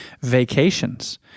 vacations